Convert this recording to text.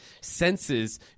senses